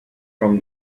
from